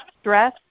stress